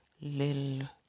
lil